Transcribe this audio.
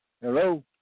Hello